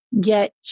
get